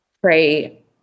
pray